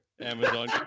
Amazon